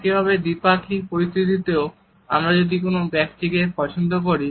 একইভাবে দ্বিপাক্ষিক পরিস্থিতিতেও আমরা যদি কোন ব্যক্তি কে পছন্দ করি